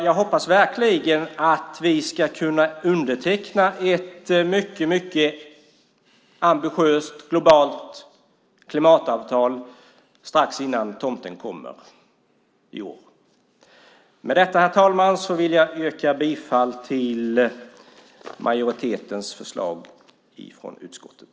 Jag hoppas verkligen att vi kan underteckna ett mycket ambitiöst globalt klimatavtal i år strax innan tomten kommer. Med detta, herr talman, yrkar jag bifall till utskottsmajoritetens förslag i betänkandet.